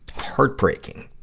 heartbreaking,